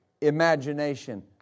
imagination